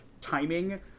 timing